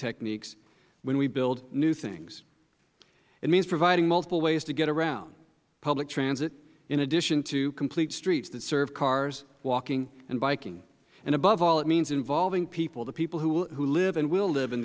techniques when we build new things it means providing multiple ways to get around public transit in addition to complete streets that serve cars walking and biking above all it means involving people the people who live and will live